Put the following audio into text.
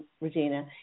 Regina